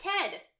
Ted